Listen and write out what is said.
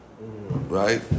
right